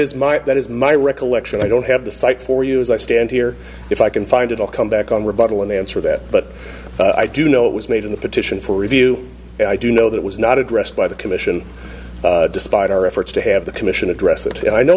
might that is my recollection i don't have the cite for you as i stand here if i can find it i'll come back on rebuttal and answer that but i do know it was made in the petition for review and i do know that was not addressed by the commission despite our efforts to have the commission address it and i know